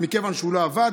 מכיוון שהוא לא עבד,